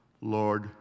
Lord